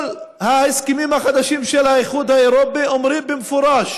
כל ההסכמים החדשים של האיחוד האירופי אומרים במפורש